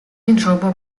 іншого